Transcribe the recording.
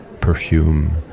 perfume